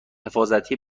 حفاظتی